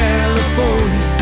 California